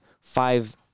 five